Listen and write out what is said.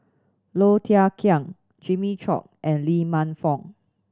Low Thia Khiang Jimmy Chok and Lee Man Fong